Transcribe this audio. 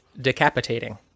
decapitating